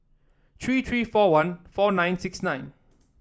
three three four one four nine six nine